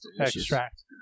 extract